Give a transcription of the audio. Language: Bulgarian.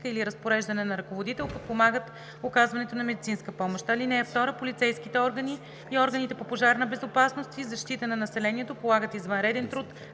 или разпореждане на ръководител подпомагат оказването на медицинска помощ. (2) Полицейските органи и органите по пожарна безопасност и защита на населението полагат извънреден труд